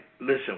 listen